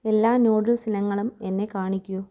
എല്ലാ നൂഡിൽസ് ഇനങ്ങളും എന്നെ കാണിക്കൂ